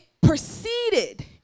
proceeded